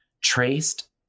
traced